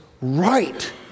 right